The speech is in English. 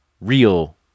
real